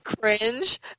cringe